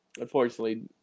unfortunately